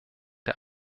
der